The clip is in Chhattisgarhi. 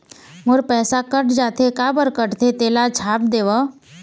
मोर पैसा कट जाथे काबर कटथे तेला छाप देव?